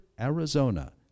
Arizona